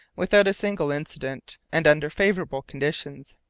without a single incident, and under favourable conditions.